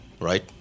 right